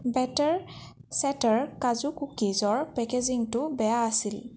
better চেটাৰ কাজু কুকিজৰ পেকেজিঙটো বেয়া আছিল